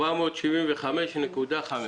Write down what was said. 475.5